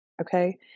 Okay